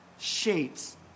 Shapes